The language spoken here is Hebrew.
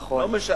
נכון.